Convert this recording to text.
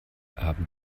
haben